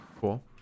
Cool